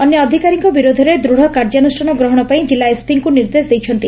ଅନ୍ୟ ଅଧିକାରୀଙ୍କ ବିରୋଧରେ ଦୂଢ କାର୍ଯ୍ୟାନୁଷ୍ଠାନ ଗ୍ରହଶ ପାଇଁ ଜିଲ୍ଲ ଏସପିଙ୍କୁ ନିର୍ଦ୍ଦେଶ ଦେଇଛନ୍ତି